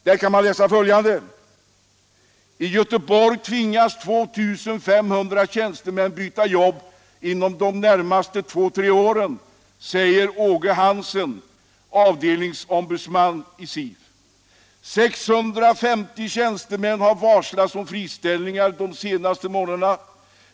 Där kan man läsa följande: ”I Göteborg tvingas 2500 tjänstemän byta jobb inom de närmaste två-tre åren, säger Åge Hansen, avdelningsombudsman, SIF. 650 tjänstemän har varslats om friställningar de senaste månaderna.